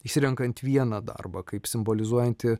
išsirenkant vieną darbą kaip simbolizuojantį